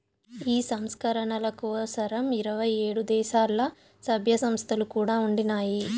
ఈ సంస్కరణల కోసరం ఇరవై ఏడు దేశాల్ల, సభ్య సంస్థలు కూడా ఉండినాయి